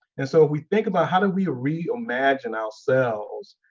and so, if we think about how do we reimagine ourselves.